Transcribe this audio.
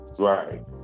Right